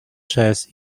chess